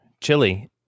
Chili